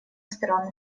стран